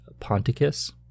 Ponticus